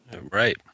Right